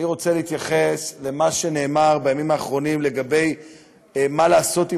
אני רוצה להתייחס למה שנאמר בימים האחרונים לגבי מה לעשות עם